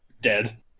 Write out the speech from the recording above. Dead